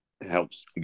helps